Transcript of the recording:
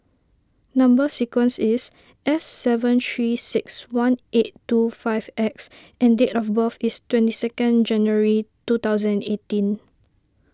Number Sequence is S seven three six one eight two five X and date of birth is twenty second January two thousand eighteen